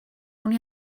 only